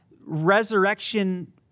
resurrection